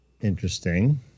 Interesting